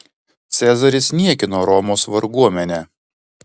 cezaris niekino romos varguomenę